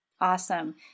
Awesome